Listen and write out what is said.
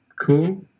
cool